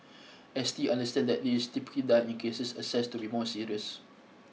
S T understand that this typically done in cases assessed to be more serious